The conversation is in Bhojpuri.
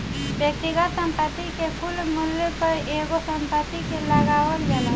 व्यक्तिगत संपत्ति के कुल मूल्य पर एगो संपत्ति के लगावल जाला